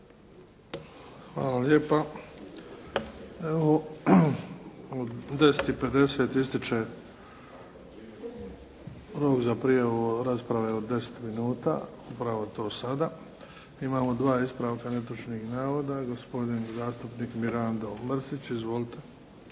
Hvala lijepa. U 10 i 50 ističe rok za prijavu rasprave od 10 minuta, upravo je to sada. Imamo dva ispravka netočnih navoda. Gospodin zastupnik Mirando Mrsić. Izvolite.